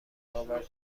باور